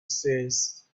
says